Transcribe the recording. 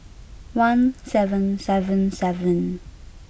one seven seven seven